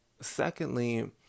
Secondly